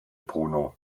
bruno